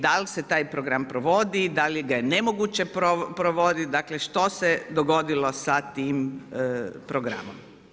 Da li se taj program provodi, da li ga je nemoguće provoditi, dakle što se dogodilo sa tim programom?